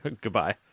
Goodbye